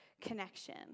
connection